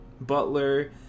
Butler